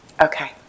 Okay